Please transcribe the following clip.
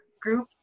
group